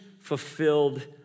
fulfilled